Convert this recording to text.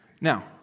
Now